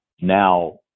Now